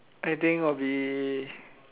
I think I'll be